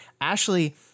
Ashley